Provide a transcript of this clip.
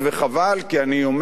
כי אני אומר עוד הפעם,